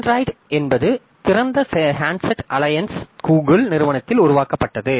Android என்பது திறந்த handset alliance Google நிறுவனத்தால் உருவாக்கப்பட்டது